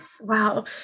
wow